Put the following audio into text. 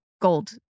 gold